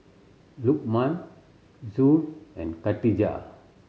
Lukman Zul and Khadija